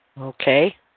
Okay